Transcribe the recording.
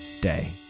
day